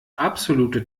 absolute